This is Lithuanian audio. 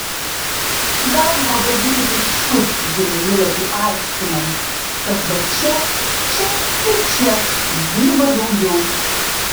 galima badyti pirštu į žemėlapį aiškinant kad va čia čia ir čia uždirba daugiau